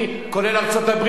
כולל ארצות-הברית,